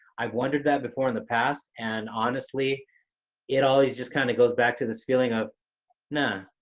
i've wondered that before in the past and honestly it always just kind of goes back to this feeling of nah,